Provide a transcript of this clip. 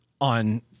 on